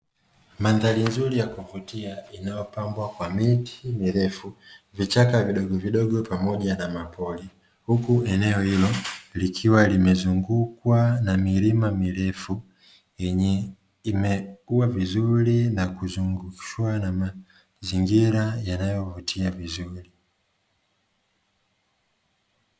Mandhari nzuri ya kuvutia inayopambwa kwa miti mirefu, vichaka vidogovidogo pamoja na mapori. Huku eneo hilo likiwa limezungukwa na milima mirefu yenye imekuwa vizuri na kuzungushwa na mazingira yanayovutia vizuri.